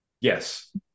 Yes